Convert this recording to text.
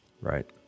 right